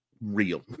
real